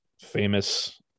famous